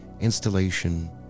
installation